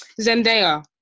Zendaya